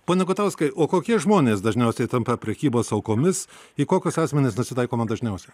pone gutauskai o kokie žmonės dažniausiai tampa prekybos aukomis į kokius asmenis nusitaikoma dažniausiai